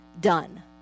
done